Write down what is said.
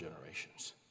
generations